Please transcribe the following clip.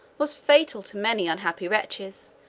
was fatal to many unhappy wretches,